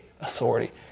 authority